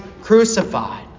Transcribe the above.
crucified